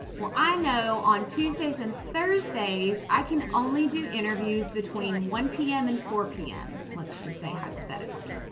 well, i know on tuesdays and thursdays, i can only do interviews between one pm and four pm. let's just say hypothetically,